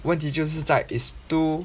问题就是在 it's too